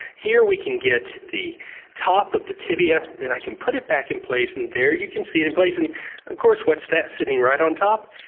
here we can get the top of the tibia, then i can put it back in place and there you can see it in place. and of course what's that sitting right on top?